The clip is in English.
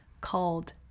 called